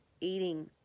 Eating